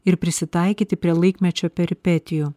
ir prisitaikyti prie laikmečio peripetijų